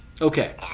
Okay